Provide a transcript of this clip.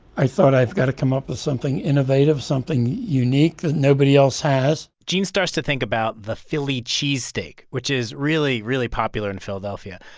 i thought, i've got to come up with something innovative, something unique that nobody else has gene starts to think about the philly cheesesteak, which is really, really popular in and philadelphia.